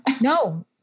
No